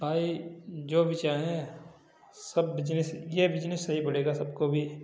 भाई जो भी चाहें सब बिजनेस ये बिजनेस सही पड़ेगा सबको भी